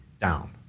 down